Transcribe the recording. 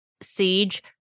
siege